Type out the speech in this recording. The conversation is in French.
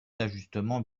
d’ajustement